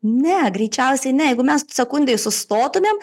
ne greičiausiai ne jeigu mes sekundei sustotumėm